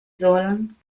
sollen